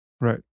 Right